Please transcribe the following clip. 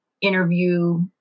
interview